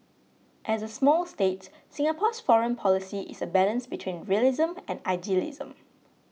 as a small state Singapore's foreign policy is a balance between realism and idealism